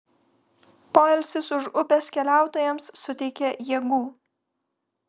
poilsis už upės keliautojams suteikė jėgų